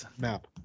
map